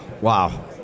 Wow